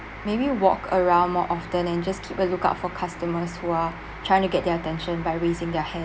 maybe walk around more often and just keep a lookout for customers who are trying to get their attention by raising their hands